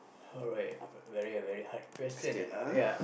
alright very a very hard question uh ya